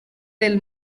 del